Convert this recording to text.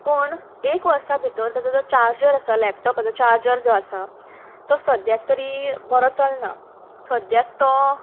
पूण एक वर्सा भितर ताजो जो चार्जर आसा लॅपटोपाचो चार्जर जो आसा तो सद्याक तरी बरो चलना सद्याक तो